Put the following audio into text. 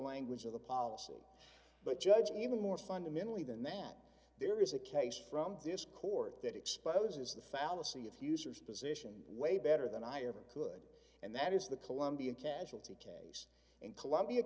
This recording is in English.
language of the policy but judge even more fundamentally than that there is a case from this court that exposes the fallacy of the user's position way better than i ever could and that is the colombian casualty count in columbia